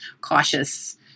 cautious